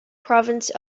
province